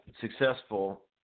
successful